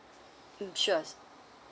sure